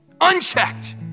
Unchecked